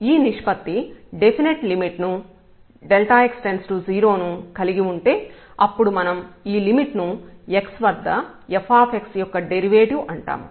ఈ నిష్పత్తి definite limit x→0 ను కలిగి ఉంటే అప్పుడు మనం ఈ లిమిట్ ను x వద్ద fx యొక్క డెరివేటివ్ అంటాము